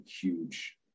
huge